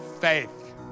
faith